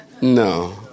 No